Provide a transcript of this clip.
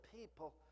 people